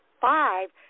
five